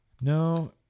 No